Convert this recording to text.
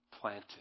planted